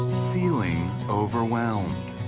feeling overwhelmed?